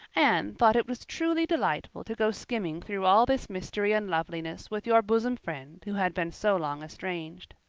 anne thought it was truly delightful to go skimming through all this mystery and loveliness with your bosom friend who had been so long estranged.